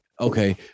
Okay